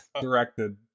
directed